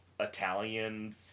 Italian